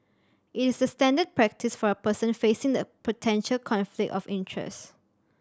it is the standard practice for a person facing the potential conflict of interest